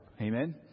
Amen